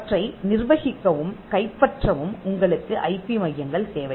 அவற்றை நிர்வகிக்கவும் கைப்பற்றவும் உங்களுக்கு ஐபி மையங்கள் தேவை